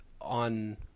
on